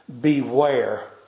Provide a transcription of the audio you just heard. beware